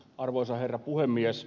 arvoisa herra puhemies